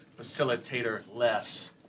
facilitator-less